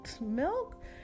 milk